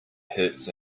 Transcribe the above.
hurts